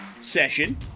session